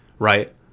right